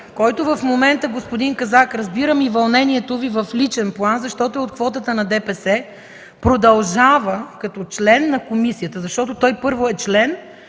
който е в момента – господин Казак, разбирам и вълнението Ви в личен план, защото е от квотата на ДПС, продължава като член на комисията – защото той първо е член